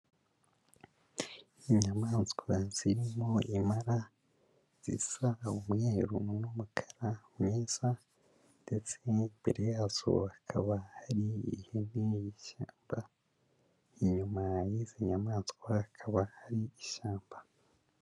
Inyamaswa zirimo impara zisa umweru n'umukara mwiza ndetse imbere yazo hakaba hari ihene y'ishyamba, inyuma y'izi nyamaswa hakaba hari ishyamba.